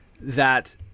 that-